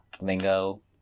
lingo